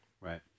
Right